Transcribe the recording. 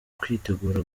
kwitegura